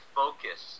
focus